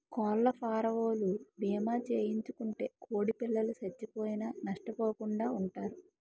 కోళ్లఫారవోలు భీమా చేయించుకుంటే కోడిపిల్లలు సచ్చిపోయినా నష్టపోకుండా వుంటారు